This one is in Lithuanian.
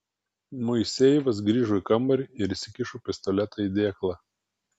moisejevas grįžo į kambarį ir įsikišo pistoletą į dėklą